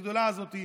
הגדולה הזאת,